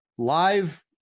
live